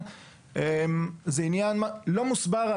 זה עניין שלא מוסבר.